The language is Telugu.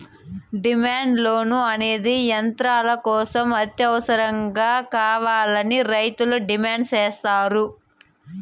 డిమాండ్ లోన్ అనేది యంత్రాల కోసం అత్యవసరంగా కావాలని రైతులు డిమాండ్ సేత్తారు